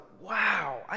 wow